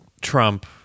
Trump